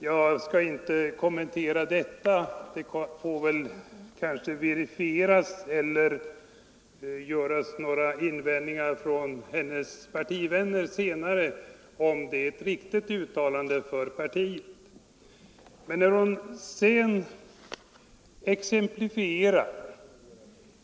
Jag skall inte kommentera detta — hennes partivänner får väl senare antingen verifiera riktigheten härav eller göra invändningar mot hennes påstående.